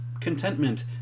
Contentment